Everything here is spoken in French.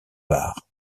bar